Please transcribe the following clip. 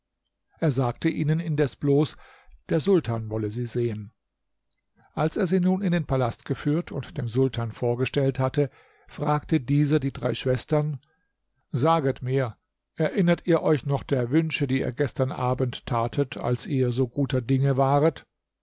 er sagte ihnen indes bloß der sultan wolle sie sehen als er sie nun in den palast geführt und dem sultan vorgestellt hatte fragte dieser die drei schwestern saget mir erinnert ihr euch noch der wünsche die ihr gestern abend tatet als ihr so guter dinge waret